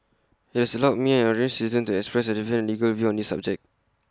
IT has allowed me an ordinary citizen to express A different legal view on this subject